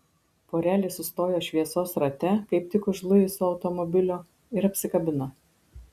porelė sustojo šviesos rate kaip tik už luiso automobilio ir apsikabino